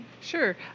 Sure